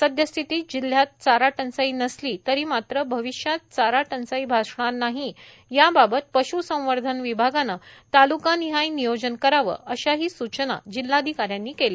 सद्यस्थितीत जिल्ह्यात चाराटंचाई नसली तरी मात्र भविष्यात चारा टंचाई भासणार नाही याबाबत पश्संवर्धन विभागानं तालुकानिहाय नियोजन करावे अशाही सुचना जिल्हाधिकाऱ्यांनी केल्या